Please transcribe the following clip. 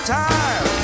time